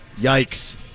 Yikes